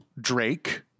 drake